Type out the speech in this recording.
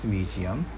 Museum